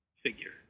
figure